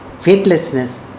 faithlessness